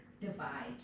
divide